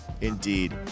indeed